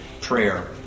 prayer